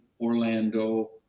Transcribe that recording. Orlando